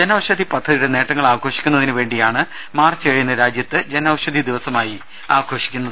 ജൻഔഷധി പദ്ധതിയുടെ നേട്ടങ്ങൾ ആഘോഷിക്കുന്ന തിനുവേണ്ടിയാണ് മാർച്ച് ഏഴിന് രാജ്യത്ത് ജൻഔഷധി ദിവസമായി ആഘോ ഷിക്കുന്നത്